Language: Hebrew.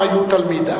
כולם היו תלמידיו.